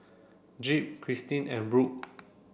Jep Christi and Brook